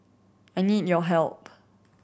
I need your help